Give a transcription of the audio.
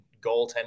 goaltender